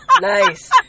nice